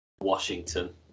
Washington